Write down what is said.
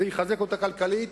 זה יחזק אותה כלכלית,